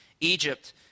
Egypt